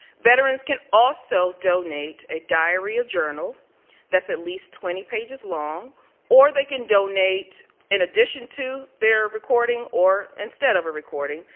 veterans can also donate a diary, a journal that's at least twenty pages long or they can donate in addition to their recording or instead of recording,